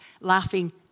laughing